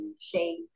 shape